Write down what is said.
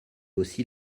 aussi